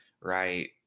right